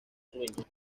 sueños